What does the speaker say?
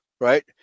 right